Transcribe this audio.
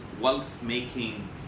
wealth-making